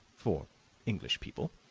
for english people.